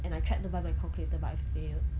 and I tried to buy my calculator but I failed